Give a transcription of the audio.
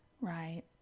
Right